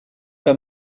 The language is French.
pas